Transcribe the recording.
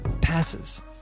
passes